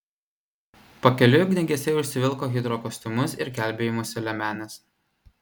pakeliui ugniagesiai užsivilko hidrokostiumus ir gelbėjimosi liemenes